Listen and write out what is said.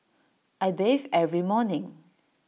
I bathe every morning